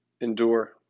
endure